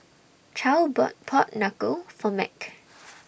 Charle bought Pork Knuckle For Mack